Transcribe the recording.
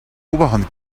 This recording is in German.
oberhand